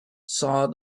saw